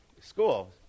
school